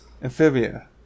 Amphibia